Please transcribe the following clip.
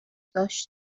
داشت